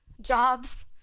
jobs